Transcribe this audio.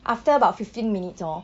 after about fifteen minutes hor